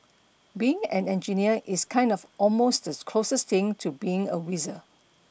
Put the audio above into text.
being an engineer is kinda almost the closest thing to being a wizard